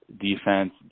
defense